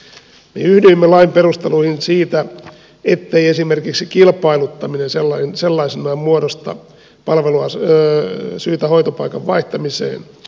me yhdyimme lain perusteluihin siitä ettei esimerkiksi kilpailuttaminen sellaisenaan muodosta syytä hoitopaikan vaihtamiseen